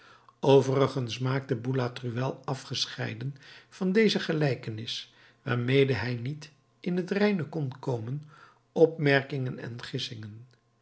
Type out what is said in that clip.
overigens maakte boulatruelle afgescheiden van deze gelijkenis waarmede hij niet in t reine kon komen opmerkingen en